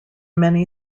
many